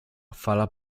fala